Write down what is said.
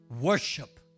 Worship